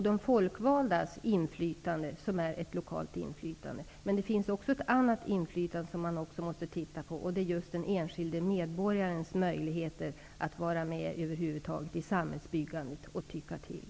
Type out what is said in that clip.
De folkvaldas inflytande är då ett lokalt inflytande. Den andra dimensionen är just den enskilde medborgarens möjlighet att vara med över huvud taget i samhällsbyggandet och tycka till.